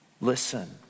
listen